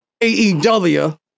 AEW